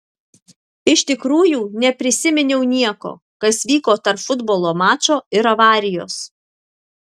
iš tikrųjų neprisiminiau nieko kas vyko tarp futbolo mačo ir avarijos